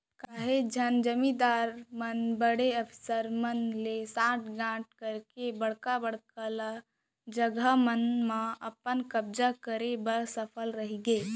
काहेच झन जमींदार मन बड़े अफसर मन ले सांठ गॉंठ करके बड़का बड़का ल जघा मन म अपन कब्जा करे बर सफल रहिगे